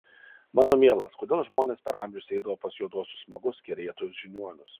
mano mielas kodėl žmonės per amžius eidavo pas juoduosius magus kerėtojus žiniuonius